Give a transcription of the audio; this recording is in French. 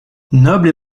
noble